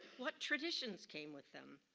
what traditions came with them?